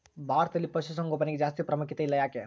ಭಾರತದಲ್ಲಿ ಪಶುಸಾಂಗೋಪನೆಗೆ ಜಾಸ್ತಿ ಪ್ರಾಮುಖ್ಯತೆ ಇಲ್ಲ ಯಾಕೆ?